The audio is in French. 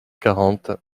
quarante